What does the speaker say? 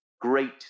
great